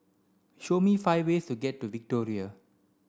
show me five ways to get to Victoria